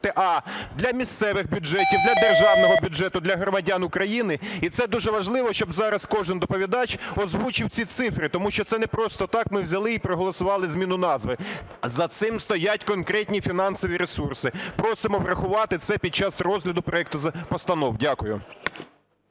а) для місцевих бюджетів, для державного бюджету, для громадян України. І це дуже важливо, щоб зараз кожен доповідач озвучив ці цифри. Тому що це непросто так ми взяли і проголосували зміну назви. За цим стоять конкретні фінансові ресурси. Просимо врахувати це під час розгляду проекту постанов. Дякую.